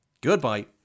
Goodbye